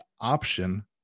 option